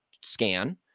scan